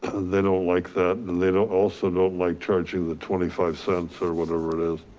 they don't like that. they don't also don't like charging the twenty five cents or whatever it is.